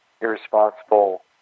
irresponsible